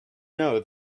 know